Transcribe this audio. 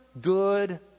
good